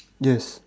yes